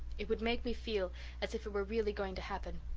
it would make me feel as if it were really going to happen.